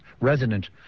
resonant